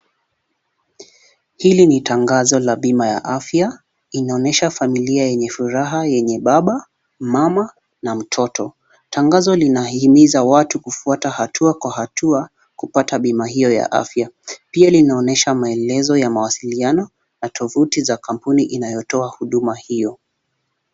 Hili ni tangazo la bima ya afya. Inaonesha familia yenye furaha yenye baba, mama, na mtoto. Tangazo linahimiza watu kufuata hatua kwa hatua kupata bima hiyo ya afya. Pia linaonesha maelezo ya mawasiliano na tovuti za kampuni inayotoa huduma hiyo.